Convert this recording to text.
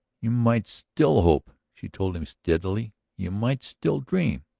you might still hope, she told him steadily. you might still dream.